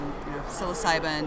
psilocybin